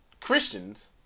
Christians